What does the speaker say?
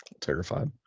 Terrified